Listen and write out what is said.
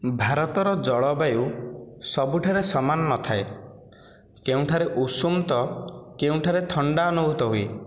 ଭାରତର ଜଳବାୟୁ ସବୁଠାରେ ସମାନ ନଥାଏ କେଉଁଠାରେ ଉଷୁମ ତ କେଉଁଠାରେ ଥଣ୍ଡା ଅନୁଭୂତ ହୁଏ